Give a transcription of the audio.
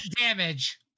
damage